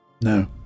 No